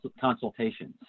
consultations